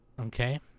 Okay